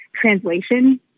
translation